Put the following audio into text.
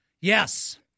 Yes